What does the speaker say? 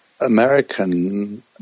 American